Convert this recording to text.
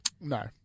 No